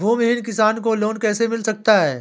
भूमिहीन किसान को लोन कैसे मिल सकता है?